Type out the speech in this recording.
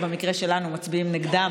זה אומר שבמקום הנכון חסרים 6 מיליארד שקלים.